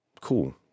Cool